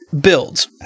builds